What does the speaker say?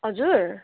हजुर